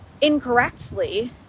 incorrectly